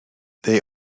they